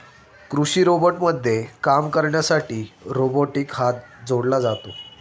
कृषी रोबोटमध्ये काम करण्यासाठी रोबोटिक हात जोडला जातो